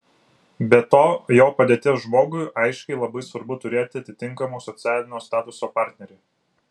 be to jo padėties žmogui aiškiai labai svarbu turėti atitinkamo socialinio statuso partnerį